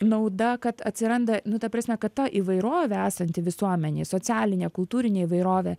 nauda kad atsiranda nu ta prasme kad ta įvairovė esanti visuomenėj socialinė kultūrinė įvairovė